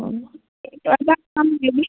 অঁ তই এটা কাম কৰিবি